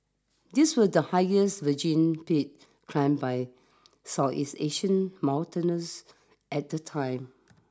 these were the highest virgin peaks climbed by Southeast Asian mountaineers at the time